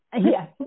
Yes